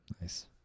Nice